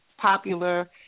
popular